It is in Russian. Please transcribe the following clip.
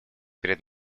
перед